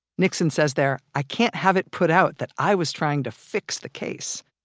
nixon says there, i can't have it put out that i was trying to fix the case.